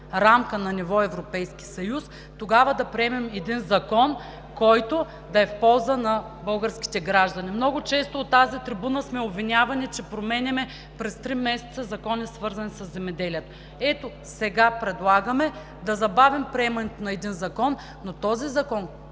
на ниво Европейски съюз, тогава да приемем един закон, който да е в полза на българските граждани. Много често от тази трибуна сме обвинявани, че променяме през три месеца закони, свързани със земеделието. Ето, сега предлагаме да забавим приемането на един закон, но този закон